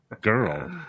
girl